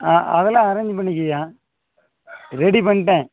ஆ அதெல்லாம் அரேஞ்ச் பண்ணிக்கிய்யான் ரெடி பண்ணிட்டேன்